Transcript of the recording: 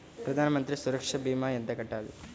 ప్రధాన మంత్రి సురక్ష భీమా ఎంత కట్టాలి?